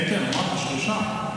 כן, כן, אמרנו: שלושה.